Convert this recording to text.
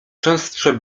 częstsze